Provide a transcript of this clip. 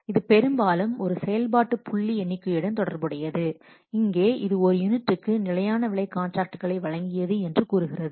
இது பெரும்பாலும் ஒரு செயல்பாட்டு புள்ளி எண்ணிக்கையுடன் தொடர்புடையது இங்கே இது ஒரு யூனிட்டுக்கு நிலையான விலை காண்ட்ராக்ட்களை வழங்கியது என்று கூறுகிறது